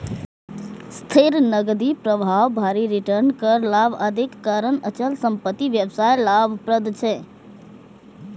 स्थिर नकदी प्रवाह, भारी रिटर्न, कर लाभ, आदिक कारण अचल संपत्ति व्यवसाय लाभप्रद छै